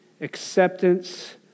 acceptance